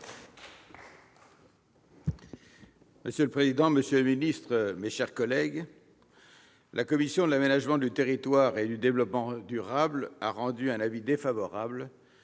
Monsieur le président, monsieur le ministre, mes chers collègues, la commission de l'aménagement du territoire et du développement durable a rendu un avis défavorable